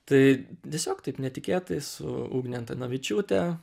tai tiesiog taip netikėtai su ugne antanavičiūte